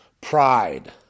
pride